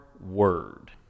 Word